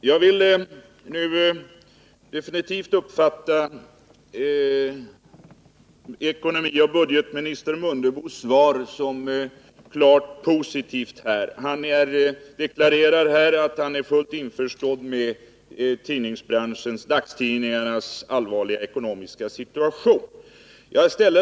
Herr talman! Jag vill nu definitivt uppfatta budgetoch ekonomiminister Mundebos svar som klart positivt, eftersom han deklarerar att han är fullt införstådd med dagstidningarnas allvarliga ekonomiska situation.